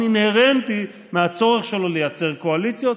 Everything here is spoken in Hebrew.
אינהרנטי מהצורך שלו לייצר קואליציות,